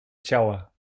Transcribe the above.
ciała